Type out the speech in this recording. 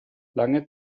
lange